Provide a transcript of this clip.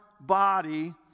body